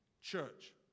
church